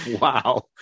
wow